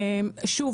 דלית,